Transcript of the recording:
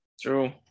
True